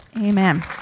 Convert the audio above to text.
Amen